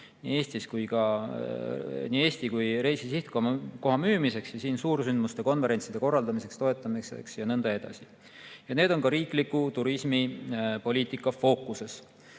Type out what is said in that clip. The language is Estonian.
Eesti kui reisisihtkoha müümiseks, siin suursündmuste, konverentside korraldamiseks, toetamiseks ja nõnda edasi. Need on ka riikliku turismipoliitika fookuses.